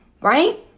Right